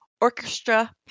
Orchestra